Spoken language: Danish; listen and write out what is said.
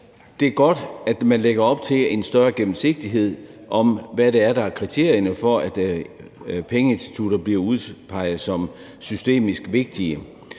det er godt, at man lægger op til en større gennemsigtighed om, hvad det er, der er kriterierne for, at pengeinstitutter blive udpeget som systemisk vigtige.